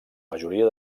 majoria